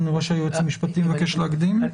אני רואה שהיועץ המשפטי מבקש להקדים.